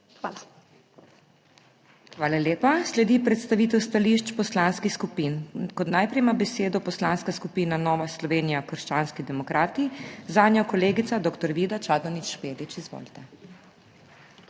HOT: Hvala lepa. Sledi predstavitev stališč poslanskih skupin, kot najprej ima besedo Poslanska skupina Nova Slovenija - krščanski demokrati, zanjo kolegica dr. Vida Čadonič Špelič. Izvolite.